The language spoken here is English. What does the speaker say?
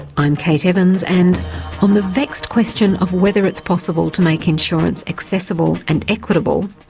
i'm kate evans and on the vexed question of whether it's possible to make insurance accessible and equitable,